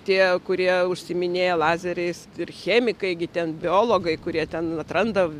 tie kurie užsiiminėja lazeriais ir chemikai gi ten biologai kurie ten atranda